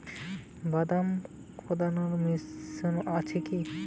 বাদাম কদলানো মেশিন আছেকি?